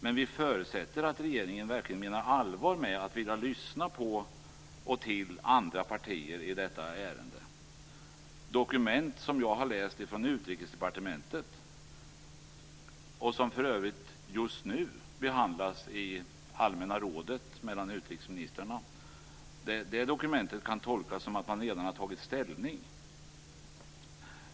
Men vi förutsätter att regeringen verkligen menar allvar med att vilja lyssna till andra partier i ärendet. Dokument som jag har läst från Utrikesdepartementet - och som för övrigt just nu behandlas av utrikesministrarna i Allmänna rådet - kan tolkas som att man redan har tagit ställning.